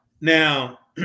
now